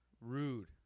Rude